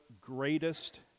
greatest